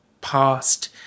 past